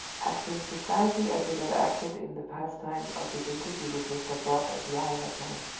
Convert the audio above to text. acting precisely as it had acted in the past time of his interview with mr. brock at the isle of man.